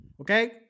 Okay